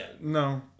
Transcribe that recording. no